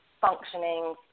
functioning